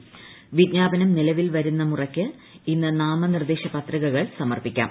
വീജ്ഞാപനം നിലവിൽ വരുന്ന മുറയ്ക്ക് നാമനിർദ്ദേശ പത്രികകൾ സമർപ്പിക്കാം